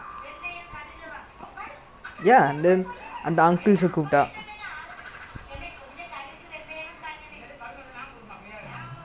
so seven then darius come then eight already if maybe like if one more team of uncles because you know if you play all the while you will get err tired and like no competition also